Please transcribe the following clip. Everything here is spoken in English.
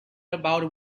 about